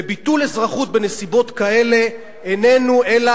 וביטול אזרחות בנסיבות כאלה איננו אלא